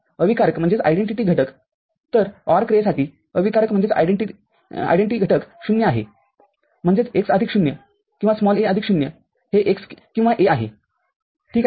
अविकारकघटक तर OR क्रियेसाठी अविकारकघटक ० आहेम्हणजेच x आदिक ० किंवा a आदिक ० हे x किंवा a आहे ठीक आहे